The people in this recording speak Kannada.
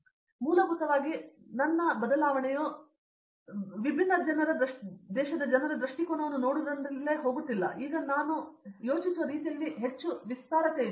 ಆದ್ದರಿಂದ ಮೂಲಭೂತವಾಗಿ ನನ್ನ ಬದಲಾವಣೆಯು ವಿಭಿನ್ನ ಜನರ ದೃಷ್ಟಿಕೋನವನ್ನು ನೋಡುವುದರಿಂದಲೇ ಹೋಗುತ್ತಿಲ್ಲ ಮತ್ತು ಈಗ ನಾನು ಯೋಚಿಸುವ ರೀತಿಯಲ್ಲಿ ಹೆಚ್ಚು ವಿಸ್ತಾರವಾಗಿದೆ